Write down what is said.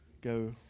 go